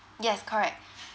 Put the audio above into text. yes correct